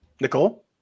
Nicole